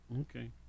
okay